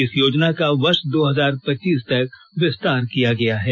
इस योजना का वर्ष दो हजार पच्चीस तक विस्तार किया गया है